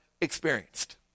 experienced